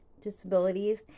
disabilities